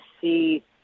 see